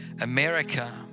America